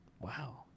Wow